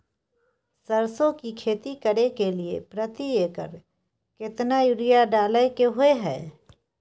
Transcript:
सरसो की खेती करे के लिये प्रति एकर केतना यूरिया डालय के होय हय?